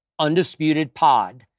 UndisputedPod